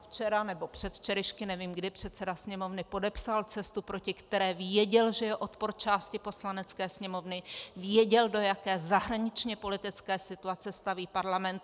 Včera nebo předevčírem, nevím kdy, předseda Sněmovny podepsal cestu, proti které věděl, že je odpor části Poslanecké sněmovny, věděl, do jaké zahraničněpolitické situace staví Parlament.